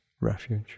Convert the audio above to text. refuge